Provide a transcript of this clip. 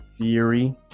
theory